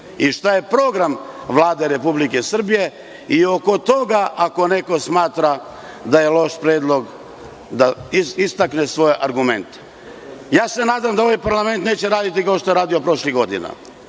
i šta je program Vlade Republike Srbije i oko toga ako neko smatra da je loš predlog, da istakne svoje argumente. Ja se nadam da ovaj parlament neće raditi kao što je radio prošlih godina,